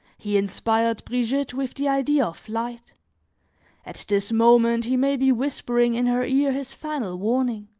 he inspired brigitte with the idea of flight at this moment he may be whispering in her ear his final warning.